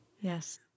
Yes